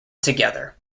together